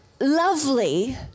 lovely